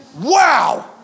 Wow